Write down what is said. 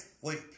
sleep